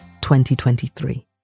2023